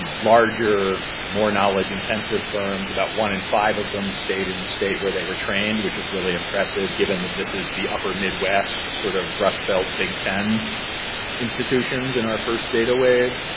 you know larger more knowledge intensive firms. about one in five of them stayed in the state where they were trained which is really impressive given that this is the upper midwest sort of rust belt big ten institutions in our first data wave.